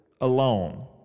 alone